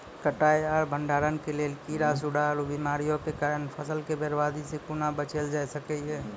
कटाई आर भंडारण के लेल कीड़ा, सूड़ा आर बीमारियों के कारण फसलक बर्बादी सॅ कूना बचेल जाय सकै ये?